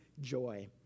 joy